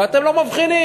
ואתם לא מבחינים.